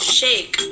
shake